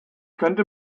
könnte